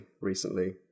recently